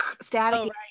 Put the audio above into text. static